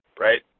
Right